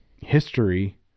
history